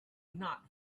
not